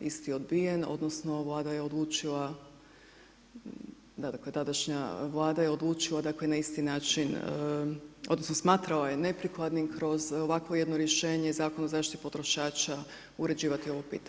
isti odbijen, odnosno Vlada je odlučila tadašnja Vlada je odlučila dakle, na isti način odnosno smatrala je neprikladnim kroz ovakvo jedno rješenje Zakon o zaštiti potrošača uređivati ovo pitanje.